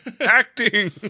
Acting